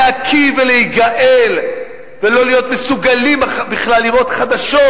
להקיא ולהיגעל ולא להיות מסוגלים בכלל לראות חדשות.